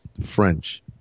French